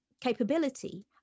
capability